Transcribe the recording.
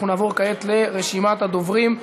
אנחנו נעבור כעת לרשימת הדוברים,